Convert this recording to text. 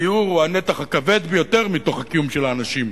הדיור הוא הנתח הכבד ביותר מתוך הקיום של האנשים,